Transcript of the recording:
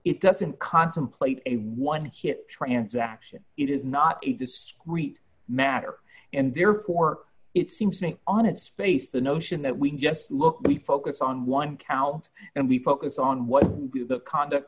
it doesn't contemplate a one hit transaction it is not a discrete matter and therefore it seems ink on its face the notion that we just look we focus on one cow and we focus on what the conduct